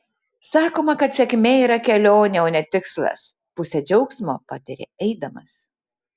sakoma kad sėkmė yra kelionė o ne tikslas pusę džiaugsmo patiri eidamas